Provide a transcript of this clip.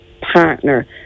partner